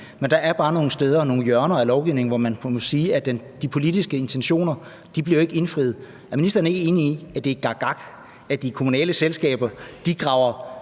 men der er bare nogle steder og nogle hjørner i lovgivningen, hvor man må sige, at de politiske intentioner ikke er blevet indfriet. Er ministeren ikke enig i, at det er gakgak, at de kommunale selskaber graver